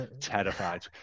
terrified